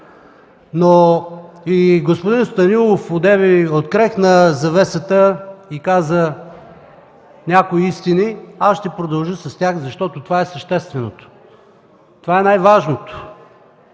топло. Господин Станилов одеве открехна завесата и каза някои истини. Аз ще продължа с тях, защото това е същественото. Това е най-важното.